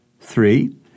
Three